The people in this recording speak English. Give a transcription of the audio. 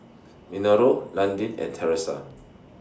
Minoru Landin and Theresa